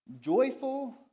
joyful